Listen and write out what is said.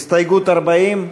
הסתייגות 40?